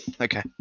Okay